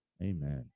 Amen